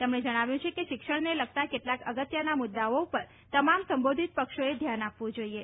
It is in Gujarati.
તેમણે જણાવ્યું છે કે શિક્ષણને લગતાં કેટલાંક અગત્યના મુદ્દાઓ પર તમામ સંબોધીત પક્ષોએ ધ્યાન આપવું જોઈએ